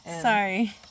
Sorry